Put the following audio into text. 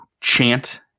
chant